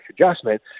adjustment